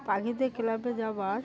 পাখিদের ক্লাবে যাওয়ার